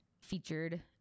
featured